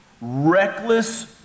Reckless